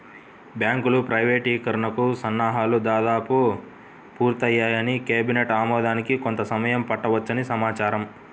బ్యాంకుల ప్రైవేటీకరణకి సన్నాహాలు దాదాపు పూర్తయ్యాయని, కేబినెట్ ఆమోదానికి కొంత సమయం పట్టవచ్చని సమాచారం